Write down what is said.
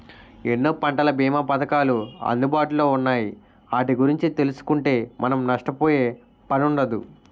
ఎన్నో పంటల బీమా పధకాలు అందుబాటులో ఉన్నాయి ఆటి గురించి తెలుసుకుంటే మనం నష్టపోయే పనుండదు